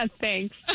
Thanks